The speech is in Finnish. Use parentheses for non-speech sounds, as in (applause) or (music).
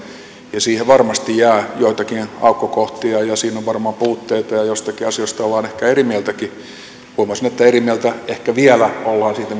ja siihen varmasti jää joitakin aukkokohtia ja siinä on varmaan puutteita ja joistakin asioista ollaan ehkä eri mieltäkin huomasin että eri mieltä ehkä vielä ollaan siitä (unintelligible)